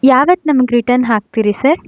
ಯಾವತ್ತು ನಮಗೆ ರಿಟರ್ನ್ ಹಾಕ್ತೀರಿ ಸರ್